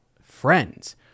friends